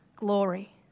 glory